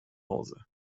hause